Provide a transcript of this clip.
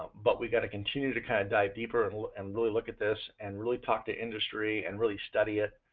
but we've got to continue to kind of dive deeper and ah and really look at this, and really talk to industry and really study it